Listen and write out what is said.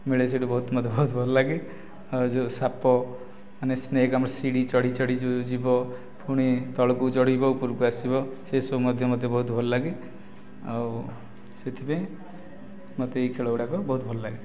ମିଳେ ସେହିଠୁ ବହୁତ ମୋତେ ବହୁତ ଭଲ ଲାଗେ ଆଉ ଯେଉଁ ସାପ ମାନେ ସ୍ନେକ୍ ଆମର ଶିଢ଼ି ଚଢ଼ି ଚଢ଼ି ଯେଉଁ ଯିବ ପୁଣି ତଳକୁ ଚଢ଼ିବ ଉପରକୁ ଆସିବ ସେ ସବୁ ମୋତେ ମଧ୍ୟ ବହୁତ ଭଲ ଲାଗେ ଆଉ ସେଥିପାଇଁ ମୋତେ ଏହି ଖେଳ ଗୁଡ଼ାକ ବହୁତ ଭଲ ଲାଗେ